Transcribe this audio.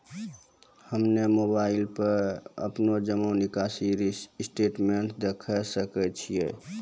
हम्मय मोबाइल पर अपनो जमा निकासी स्टेटमेंट देखय सकय छियै?